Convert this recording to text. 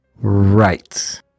Right